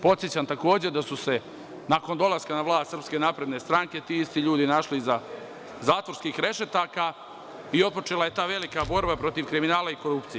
Podsećam, takođe, da su se, nakon dolaska na vlast Srpske napredne stranke, ti isti ljudi našli iza zatvorskih rešetaka i otpočela je ta velika borba protiv kriminala i korupcije.